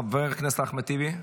חבר הכנסת אחמד טיבי,